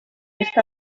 esta